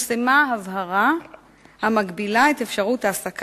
חבר הכנסת שלמה מולה שאל את שר התעשייה,